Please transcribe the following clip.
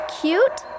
Cute